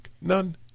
None